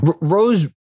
Rose